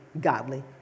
godly